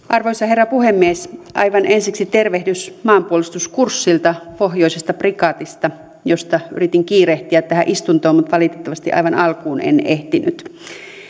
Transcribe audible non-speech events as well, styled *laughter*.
*unintelligible* arvoisa herra puhemies aivan ensiksi tervehdys maanpuolustuskurssilta pohjoisesta prikaatista josta yritin kiirehtiä tähän istuntoon mutta valitettavasti aivan alkuun en ehtinyt